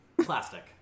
Plastic